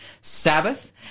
Sabbath